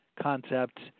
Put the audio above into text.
concepts